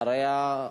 אחריה,